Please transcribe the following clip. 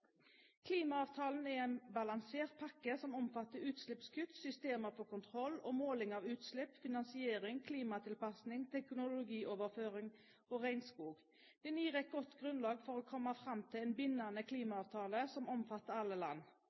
Klimaavtalen er en balansert pakke som omfatter utslippskutt, systemer for kontroll og måling av utslipp, finansiering, klimatilpasning, teknologioverføring og regnskog. Den gir et godt grunnlag for å komme fram til en bindende klimaavtale som omfatter alle land.